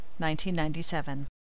1997